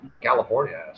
California